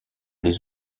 les